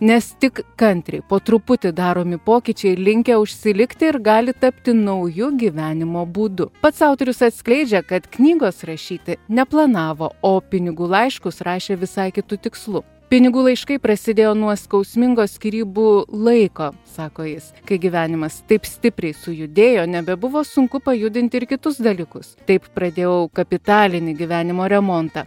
nes tik kantriai po truputį daromi pokyčiai linkę užsilikti ir gali tapti nauju gyvenimo būdu pats autorius atskleidžia kad knygos rašyti neplanavo o pinigų laiškus rašė visai kitu tikslu pinigų laiškai prasidėjo nuo skausmingo skyrybų laiko sako jis kai gyvenimas taip stipriai sujudėjo nebebuvo sunku pajudinti ir kitus dalykus taip pradėjau kapitalinį gyvenimo remontą